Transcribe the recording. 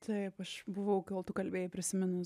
taip aš buvau kol tu kalbėjai prisiminus